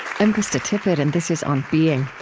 i'm krista tippett and this is on being.